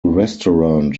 restaurant